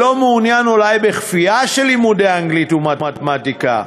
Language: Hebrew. שלא מעוניין אולי בכפייה של לימודי אנגלית ומתמטיקה,